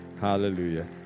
Hallelujah